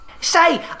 Say